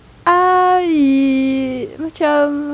uh ye~ macam